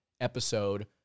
episode